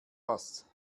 was